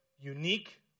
unique